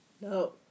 No